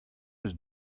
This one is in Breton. eus